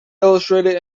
illustrated